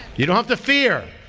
you don't have to fear.